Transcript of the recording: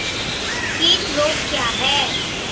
कीट रोग क्या है?